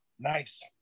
Nice